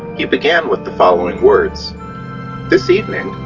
he began with the following words this evening,